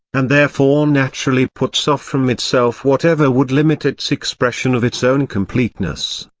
and therefore naturally puts off from itself whatever would limit its expression of its own completeness.